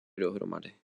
dohromady